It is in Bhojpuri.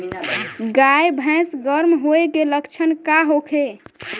गाय भैंस गर्म होय के लक्षण का होखे?